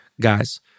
guys